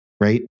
Right